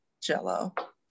Jell-O